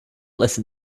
listen